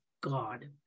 God